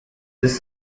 this